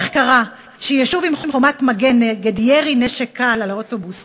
איך קרה שיישוב עם חומת מגן נגד ירי נשק קל על האוטובוס